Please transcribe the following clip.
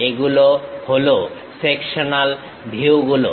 এগুলো হলো সেকশনাল ভিউগুলো